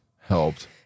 helped